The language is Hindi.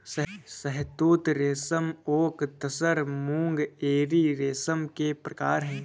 शहतूत रेशम ओक तसर मूंगा एरी रेशम के प्रकार है